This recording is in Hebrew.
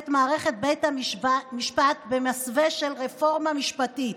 מערכת בית המשפט במסווה של רפורמה משפטית,